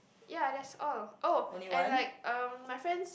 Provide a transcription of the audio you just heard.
ya that's all oh and like uh my friends